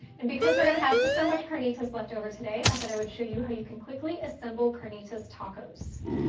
and because we're gonna have so much carnitas leftover today i thought i would show you how you can quickly assemble carnitas tacos.